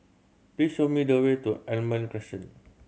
please show me the way to Almond Crescent